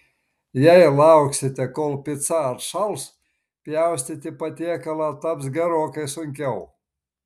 jei lauksite kol pica atšals pjaustyti patiekalą taps gerokai sunkiau